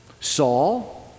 Saul